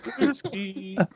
Whiskey